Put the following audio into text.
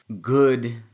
good